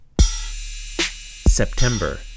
September